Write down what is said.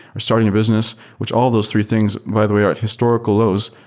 or starting a business, which all those three things by the way are at historical lows.